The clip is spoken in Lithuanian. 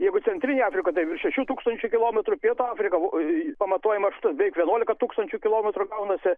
jeigu centrinėj afrikoj tai šešių tūkstančių kilometrų pietų afriką pamatuojam aš veik vienuolika tūkstančių kilometrų gaunasi